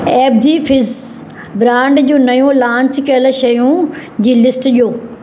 एपजी फिज़ ब्रांड जूं नयूं लांच कयल शयूं जी लिस्ट ॾियो